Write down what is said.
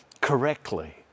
correctly